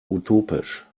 utopisch